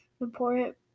important